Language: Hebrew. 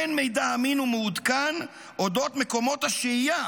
אין מידע אמין ומעודכן על אודות מקומות השהייה